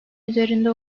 üzerinde